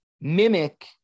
mimic